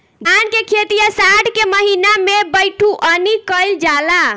धान के खेती आषाढ़ के महीना में बइठुअनी कइल जाला?